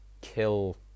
kill